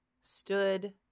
stood